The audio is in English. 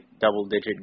double-digit